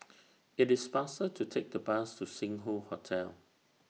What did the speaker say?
IT IS faster to Take The Bus to Sing Hoe Hotel